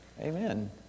Amen